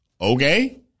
Okay